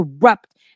corrupt